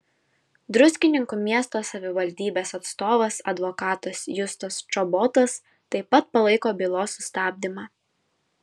druskininkų miesto savivaldybės atstovas advokatas justas čobotas taip pat palaiko bylos sustabdymą